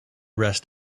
rest